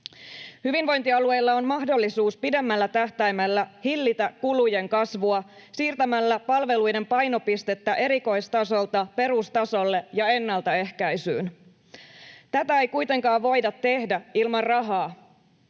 Hyvinvointialueilla on mahdollisuus pidemmällä tähtäimellä hillitä kulujen kasvua, siirtämällä palveluiden painopistettä erikoistasolta perustasolle ja ennaltaehkäisyyn. Tätä ei kuitenkaan voida tehdä ilman rahaa.